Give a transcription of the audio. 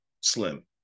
slim